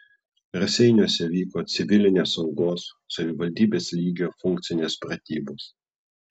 raseiniuose vyko civilinės saugos savivaldybės lygio funkcinės pratybos